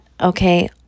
okay